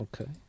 Okay